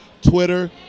Twitter